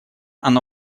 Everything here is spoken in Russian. она